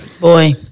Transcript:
Boy